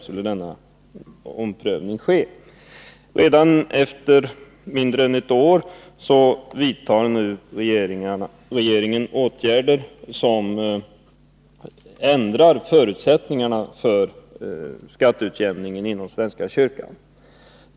Redan efter mindre än ett år vidtar nu regeringen åtgärder som ändrar förutsättningarna för skatteutjämningen inom svenska kyrkan.